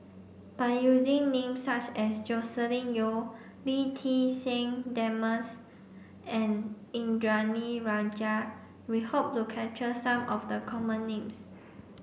by using names such as Joscelin Yeo Lee Ti Seng Desmond's and Indranee Rajah we hope to capture some of the common names